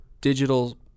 Digital